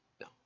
No